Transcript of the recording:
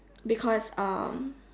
because um